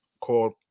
called